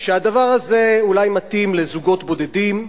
שהדבר הזה אולי מתאים לזוגות בודדים,